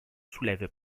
soulève